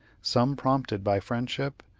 some prompted by friendship,